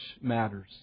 matters